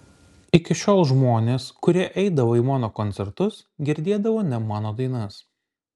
iki šiol žmonės kurie eidavo į mano koncertus girdėdavo ne mano dainas